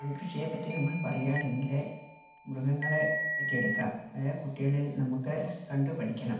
കൃഷിയെപ്പറ്റി നമ്മൾ പറയുകയാണെങ്കിൽ മൃഗങ്ങളെപ്പറ്റി എടുക്കാം അതായത് കുട്ടികളിൽ നമുക്ക് കണ്ടു പഠിക്കണം